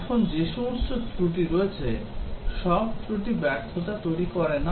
এখন যে সমস্ত ত্রুটি রয়েছে সব ত্রুটি ব্যর্থতা তৈরি করে না